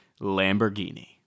Lamborghini